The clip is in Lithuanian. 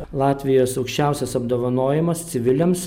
latvijos aukščiausias apdovanojimas civiliams